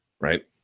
right